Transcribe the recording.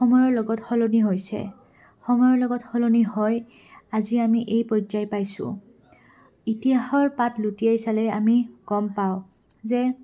সময়ৰ লগত সলনি হৈছে সময়ৰ লগত সলনি হয় আজি আমি এই পৰ্যায় পাইছোঁ ইতিহাসৰ পাত লুটিয়াই চালে আমি গম পাওঁ যে